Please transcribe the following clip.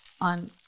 on